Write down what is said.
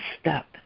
step